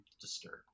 disturbed